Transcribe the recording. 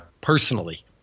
Personally